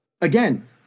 Again